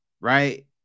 right